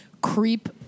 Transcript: creep